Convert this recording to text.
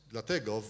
Dlatego